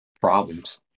problems